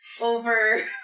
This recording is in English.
over